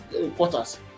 reporters